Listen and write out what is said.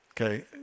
Okay